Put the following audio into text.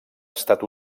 estat